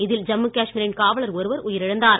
இதில் ஜம்மு காஷ்மீரின் காவலர் ஒருவர் உயிரிழந்தார்